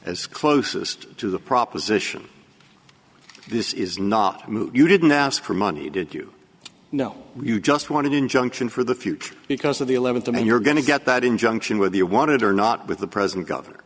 as closest to the proposition this is not a move you didn't ask for money did you know you just want to injunction for the future because of the eleventh of may you're going to get that injunction whether you wanted to or not with the present governor